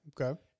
Okay